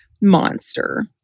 monster